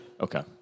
Okay